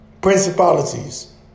principalities